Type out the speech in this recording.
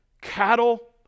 cattle